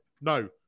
no